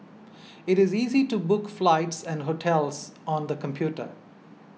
it is easy to book flights and hotels on the computer